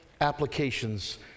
applications